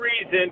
reason